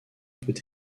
peut